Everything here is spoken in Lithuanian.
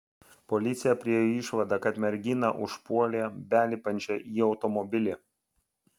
policija priėjo išvadą kad merginą užpuolė belipančią į automobilį